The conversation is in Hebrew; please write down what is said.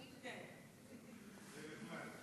זה נחמד.